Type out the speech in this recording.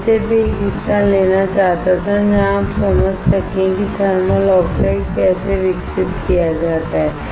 मैं सिर्फ एक हिस्सा लेना चाहता था जहां आप समझ सकें कि थर्मल ऑक्साइड कैसे विकसित किया जाता है